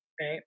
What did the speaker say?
right